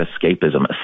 escapism